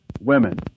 women